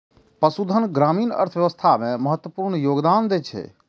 पशुधन ग्रामीण अर्थव्यवस्था मे महत्वपूर्ण योगदान दै छै